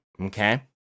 Okay